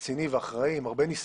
חושב שבסוף האחריות על הבטיחות והתפעול